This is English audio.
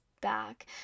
back